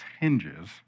hinges